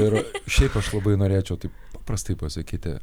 ir šiaip aš labai norėčiau taip paprastai pasakyti